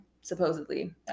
supposedly